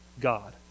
God